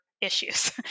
issues